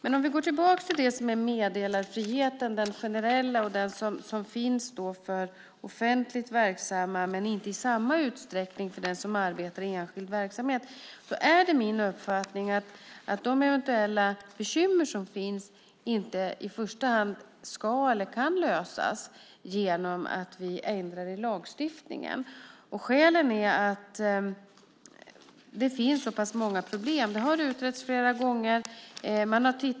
Vi kan gå tillbaka till det som är den generella meddelarfrihet som finns för offentligt verksamma men inte i samma utsträckning för den som arbetar i enskild verksamhet. Det är min uppfattning att de eventuella bekymmer som finns inte i första hand ska eller kan lösas genom att vi ändrar i lagstiftningen. Skälet är att det finns så många problem. Det har utretts flera gånger.